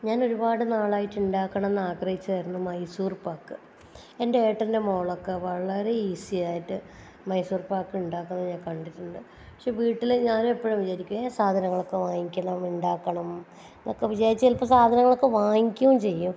ഞാനൊരുപാട് നാളായിട്ട് ഉണ്ടാക്കണം എന്നാഗ്രഹിച്ചതായിരുന്നു മൈസൂർ പാക്ക് എൻ്റെ ഏട്ടൻ്റെ മോളൊക്കെ വളരെ ഈസിയായിട്ട് മൈസൂർ പാക്ക് ഉണ്ടാക്കുന്നത് ഞാൻ കണ്ടിട്ടുണ്ട് പക്ഷേ വീട്ടിൽ ഞാൻ എപ്പോഴും വിചാരിക്കും ഈ സാധനങ്ങളൊക്കെ വാങ്ങിക്കണം ഉണ്ടാക്കണം എന്നൊക്കെ വിചാരിച്ചു ചിലപ്പോൾ സാധനങ്ങളൊക്കെ വാങ്ങിക്കോം ചെയ്യും